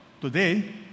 today